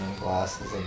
glasses